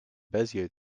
bezier